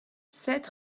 sept